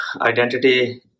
identity